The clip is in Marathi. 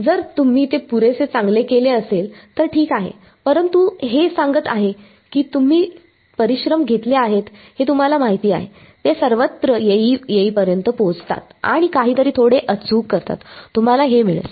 जर तुम्ही ते पुरेसे चांगले केले असेल तर ठीक आहे परंतु हे सांगत आहे की तुम्ही परिश्रम घेतले आहेत हे तुम्हाला माहिती आहे ते सर्वत्र येईपर्यंत पोहोचतात आणि काहीतरी थोडे अधिक अचूक करतात तुम्हाला हे मिळेल